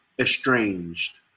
estranged